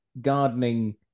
gardening